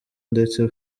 ndetse